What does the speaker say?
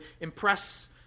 impress